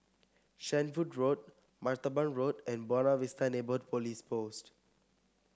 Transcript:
Shenvood Road Martaban Road and Buona Vista Neighbourhood Police Post